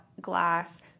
glass